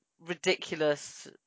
ridiculous